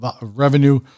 revenue